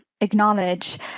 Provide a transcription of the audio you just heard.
acknowledge